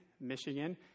Michigan